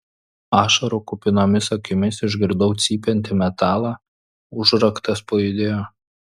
ašarų kupinomis akimis išgirdau cypiantį metalą užraktas pajudėjo